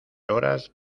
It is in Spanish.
horas